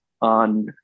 on